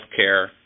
healthcare